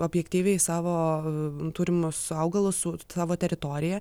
objektyviai savo turimus augalus su savo teritoriją